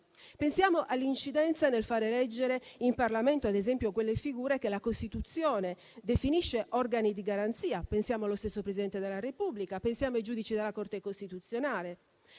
Pensiamo all'incidenza nel far eleggere in Parlamento, ad esempio, quelle figure che la Costituzione definisce organi di garanzia: pensiamo allo stesso Presidente della Repubblica, o ai giudici della Corte costituzionale.